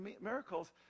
miracles